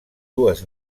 dues